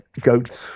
goat's